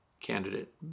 candidate